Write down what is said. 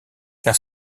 car